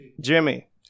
Jimmy